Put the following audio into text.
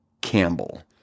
Campbell